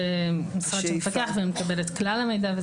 משרד שמפקח ומקבל את כלל המידע,